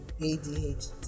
adhd